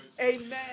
Amen